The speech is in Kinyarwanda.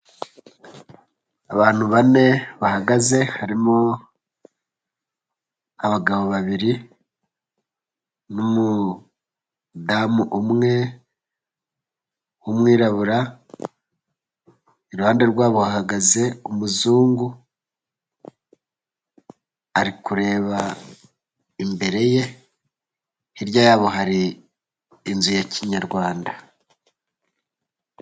Abantu bane bahagaze, harimo abagabo babiri n'umudamu umwe w'umwirabura. Iruhande rwabo hahagaze umuzungu ari kureba imbere ye. Hirya yabo hari inzu ya kinyarwanda.